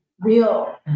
real